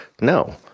No